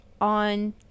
on